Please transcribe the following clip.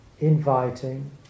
inviting